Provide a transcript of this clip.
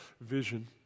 vision